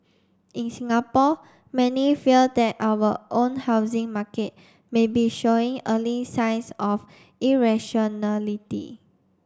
in Singapore many fear that our own housing market may be showing early signs of irrationality